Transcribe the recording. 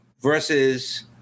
versus